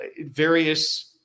various